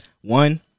One